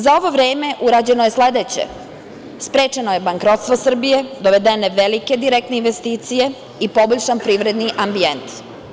Za ovo vreme, urađeno je sledeće - sprečeno je bankrotstvo Srbije, dovedene velike direktne investicije i poboljšan privredni ambijent.